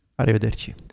Arrivederci